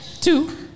two